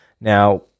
Now